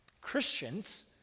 Christians